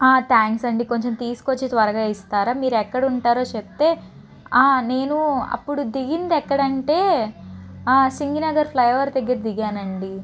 thanks అండి కొంచెం తీసుకు వచ్చి త్వరగా ఇస్తారా మీరు ఎక్కడ ఉంటారో చెప్తే నేను అప్పుడు దిగింది ఎక్కడంటే సింగినగర్ ఫ్లైఓవర్ దగ్గర దిగాను అండి